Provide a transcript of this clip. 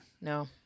No